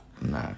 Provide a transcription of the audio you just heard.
no